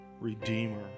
Redeemer